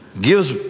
gives